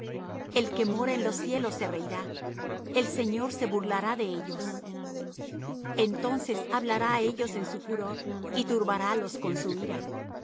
el que mora en los cielos se reirá el señor se burlará de ellos entonces hablará á ellos en su furor y turbarálos con